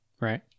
Right